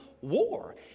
war